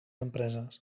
empreses